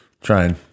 trying